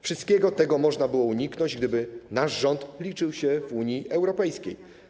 Wszystkiego tego można byłoby uniknąć, gdyby nasz rząd liczył się w Unii Europejskiej.